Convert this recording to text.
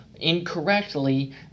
incorrectly